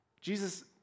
Jesus